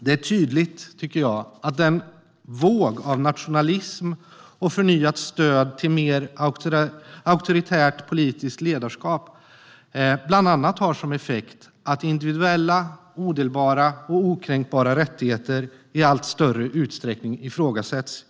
Det är tydligt att den våg av nationalism och förnyat stöd till mer auktoritärt politiskt ledarskap som drar fram över Europa bland annat har som effekt att individuella, odelbara och okränkbara rättigheter i allt större utsträckning ifrågasätts.